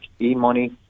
e-money